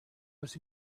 was